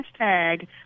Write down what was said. Hashtag